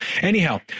Anyhow